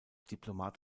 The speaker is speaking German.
diplomat